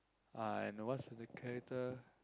I know what's the character